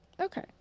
Okay